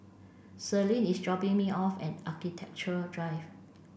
Selene is dropping me off at Architecture Drive